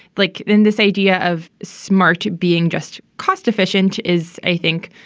like in this idea of smart being just cost efficient is, i think,